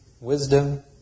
wisdom